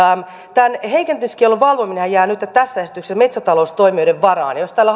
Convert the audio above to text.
tämän heikentämiskiellon valvominenhan jää nytten tässä esityksessä metsätaloustoimijoiden varaan ja jos tällä